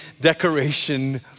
decoration